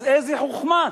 אז איזו חוכמה?